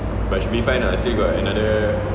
but should be fine lah still got another